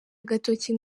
agatoki